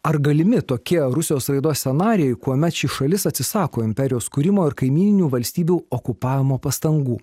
ar galimi tokie rusijos raidos scenarijai kuomet ši šalis atsisako imperijos kūrimo ir kaimyninių valstybių okupavimo pastangų